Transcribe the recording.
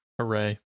Hooray